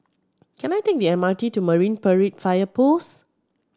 can I take the M R T to Marine Parade Fire Post